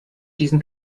diesen